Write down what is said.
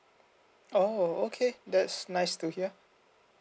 oh okay that's nice to hear